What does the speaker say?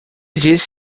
disse